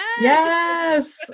Yes